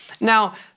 Now